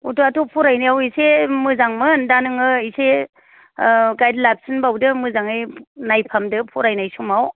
गथ'वाथ' फरायनायाव एसे मोजांमोन दा नोङो एसे गाइद लाफिन बावदो मोजाङै नायफामदो फरायनाय समाव